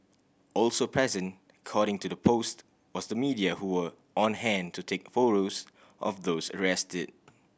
also present cording to the post was the media who were on hand to take photos of those arrested